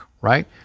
right